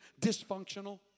dysfunctional